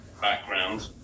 background